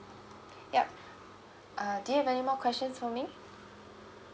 yup uh do you have anymore questions for me